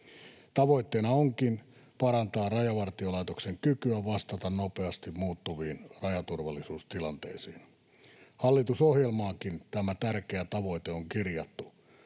Tavoitteena onkin parantaa Rajavartiolaitoksen kykyä vastata nopeasti muuttuviin rajaturvallisuustilanteisiin. Hallitusohjelmaankin tämä tärkeä tavoite on kirjattu: